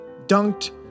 dunked